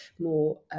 more